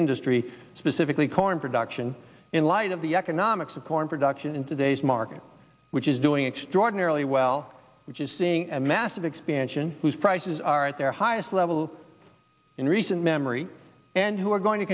industry specifically corn production in light of the nomics of corn production in today's market which is doing extraordinarily well which is seeing a massive expansion whose prices are at their highest level in recent memory and who are going to